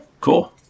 cool